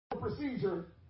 procedure